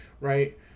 right